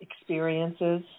experiences